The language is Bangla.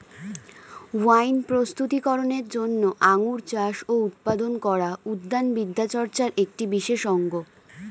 ওয়াইন প্রস্তুতি করনের জন্য আঙুর চাষ ও উৎপাদন করা উদ্যান বিদ্যাচর্চার একটি বিশেষ অঙ্গ